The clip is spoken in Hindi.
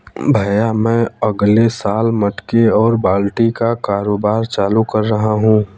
भैया मैं अगले साल मटके और बाल्टी का कारोबार चालू कर रहा हूं